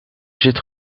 zit